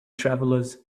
travelers